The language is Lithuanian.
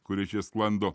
kuri čia sklando